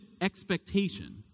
expectation